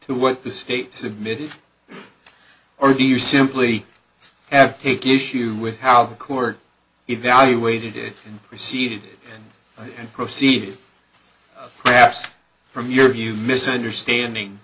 to what the state submitted or do you simply have to take issue with how the court evaluated it and proceeded and proceeded perhaps from your view misunderstanding